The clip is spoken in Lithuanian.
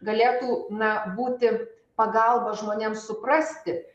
galėtų na būti pagalba žmonėm suprasti